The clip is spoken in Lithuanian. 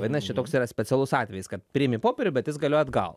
vadinas čia toks yra specialus atvejis kad priimi popierių bet jis galioja atgal